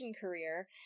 career